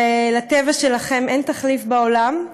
ולטבע שלכם אין תחליף בעולם,